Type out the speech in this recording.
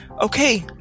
Okay